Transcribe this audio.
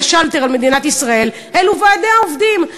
השלטר על מדינת ישראל אלו ועדי העובדים.